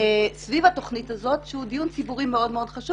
סביב התוכנית הזאת שהוא דיון ציבורי מאוד מאוד חשוב